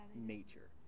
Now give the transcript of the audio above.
Nature